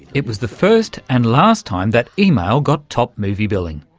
it was the first and last time that email got top movie billing.